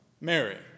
Mary